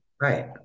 right